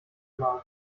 mal